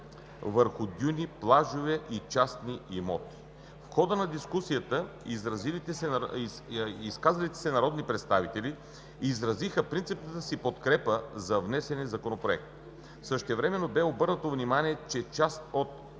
върху дюни, плажове и в частни имоти. В хода на дискусията изказалите се народни представители изразиха принципната си подкрепа за внесения законопроект. Същевременно бе обърнато внимание, че част от